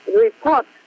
report